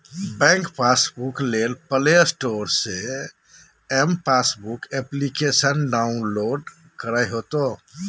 bank passbook ले play store से m passbook application download करे होतो